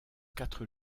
quatre